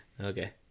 Okay